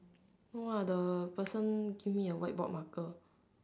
ya the person give me a whiteboard marker